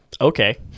Okay